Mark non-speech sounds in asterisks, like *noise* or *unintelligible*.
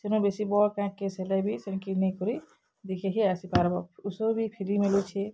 ସେନୁ ବେଶୀ ବଡ଼୍ *unintelligible* କେସ୍ ହେଲେବି ସେନ୍ କି ନେଇକରି ଦେଖାଇକି ଆସି ପାର୍ବା ଉଷ୍ ବି ଫ୍ରି ମିଲୁଛେ